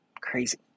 Crazy